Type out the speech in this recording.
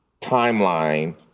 timeline